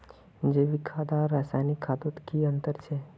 जैविक खाद आर रासायनिक खादोत की अंतर छे?